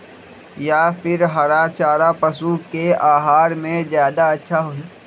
या फिर हरा चारा पशु के आहार में ज्यादा अच्छा होई?